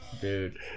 dude